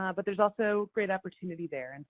um but there's also great opportunity there. and